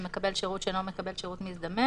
למקבל שירות שאינו מקבל שירות מזדמן"